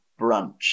brunch